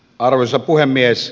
arvoisa puhemies